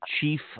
chief